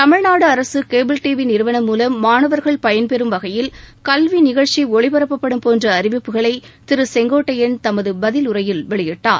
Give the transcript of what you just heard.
தமிழ்நாடு அரசு cable TV நிறுவனம் மூலம் மாணவர்கள் பயன்பெறும் வகையில் கல்வி நிகழ்ச்சி ஒளிபரப்பப்படும் போன்ற அறிவிப்புகளை திரு செங்கோட்டையன் தமது பதிலுரையில் வெளியிட்டார்